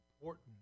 important